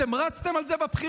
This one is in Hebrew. אתם רצתם על זה בבחירות,